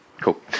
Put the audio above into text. Cool